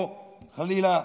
או, חלילה,